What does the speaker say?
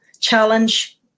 challenge